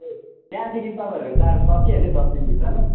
ए त्यहाँदेखि तपईँहरूको चाड सकिहाल्यो दसदिनभित्रमा